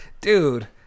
Dude